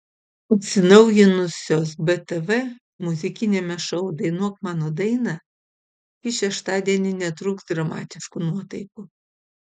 atsinaujinusios btv muzikiniame šou dainuok mano dainą šį šeštadienį netrūks dramatiškų nuotaikų